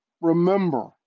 Remember